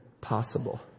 possible